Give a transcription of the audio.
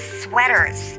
sweaters